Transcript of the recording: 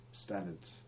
standards